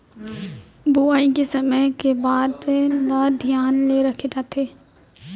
बुआई के समय का का बात के धियान ल रखे जाथे?